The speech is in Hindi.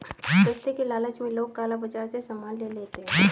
सस्ते के लालच में लोग काला बाजार से सामान ले लेते हैं